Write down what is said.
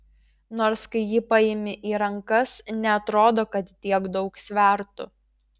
nors kai jį paimi į rankas neatrodo kad tiek daug svertų